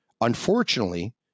Unfortunately